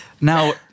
Now